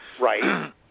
Right